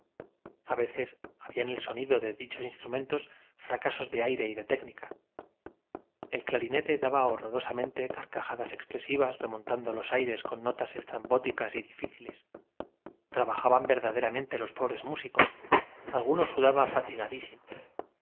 veces había en el sonido de dichos ins trumentos fracasos de aire y de técnica el clarinete daba horrorosamente carcaja das expresivas remontando los aires con notas estrambóticas y difíciles traba jaban verdaderamente los pobres músicos alguno sudaba